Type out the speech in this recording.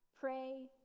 pray